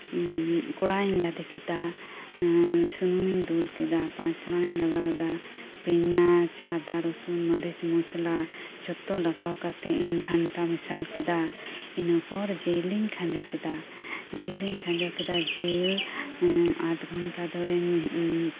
ᱠᱚᱲᱦᱟᱧ ᱞᱟᱫᱮ ᱠᱮᱫᱟ ᱥᱩᱱᱩᱢᱤᱧ ᱫᱩᱞ ᱠᱮᱫᱟ ᱯᱟᱸᱪᱼᱯᱷᱚᱲᱚᱱᱤᱧ ᱞᱟᱜᱟᱣᱟᱫᱟ ᱯᱮᱸᱭᱟᱡᱽ ᱟᱫᱟ ᱨᱟᱹᱥᱩᱱ ᱢᱟᱹᱨᱤᱪ ᱢᱚᱥᱞᱟ ᱡᱷᱚᱛᱚ ᱞᱟᱜᱟᱣ ᱠᱟᱛᱮᱜ ᱤᱧ ᱜᱷᱟᱱᱴᱟ ᱢᱮᱥᱟᱞ ᱠᱮᱫᱟ ᱤᱱᱟᱹᱯᱚᱨ ᱡᱤᱞ ᱤᱧ ᱠᱷᱟᱸᱡᱚ ᱠᱮᱫᱟ ᱡᱤᱞ ᱤᱧ ᱠᱷᱟᱸᱡᱚ ᱠᱮᱫᱟ ᱡᱤᱞ ᱟᱫᱷᱼᱜᱷᱚᱱᱴᱟ ᱫᱷᱚᱨᱮᱧ